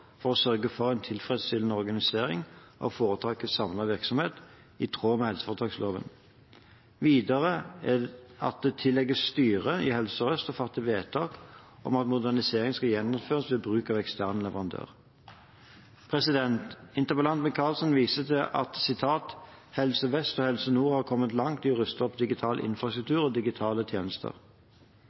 for å sørge for en tilfredsstillende organisering av foretakets samlede virksomhet i tråd med helseforetaksloven, videre at det tilligger styret i Helse Sør-Øst å fatte vedtak om at moderniseringen skal gjennomføres ved bruk av ekstern leverandør. Interpellanten Micaelsen viser til at «Helse Vest og Helse Nord har kommet langt i å ruste opp digital infrastruktur og digitale tjenester».